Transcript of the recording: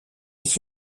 ich